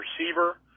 receiver